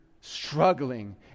struggling